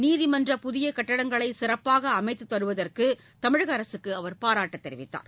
நீதிமன்ற புதிய கட்டடங்களை சிறப்பாக அமைத்து தருவதற்கு தமிழக அரசுக்கு அவர் பாராட்டு தெரிவித்தார்